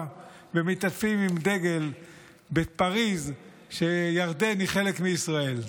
ומתעטפים עם דגל בפריז שבו ירדן היא חלק מישראל.